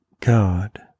God